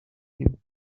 him